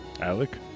Alec